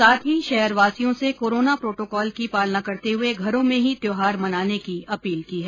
साथ ही शहर वासियों से कोरोना प्रोटोकॉल की पालना करते हुए घरों में ही त्यौहार मनाने की अपील की है